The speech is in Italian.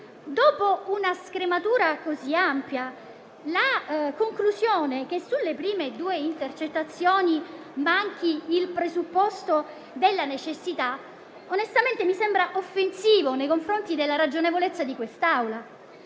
Dopo una scrematura così ampia, la conclusione che sulle prime due intercettazioni manchi il presupposto della necessità onestamente mi sembra offensiva nei confronti della ragionevolezza di quest'Assemblea.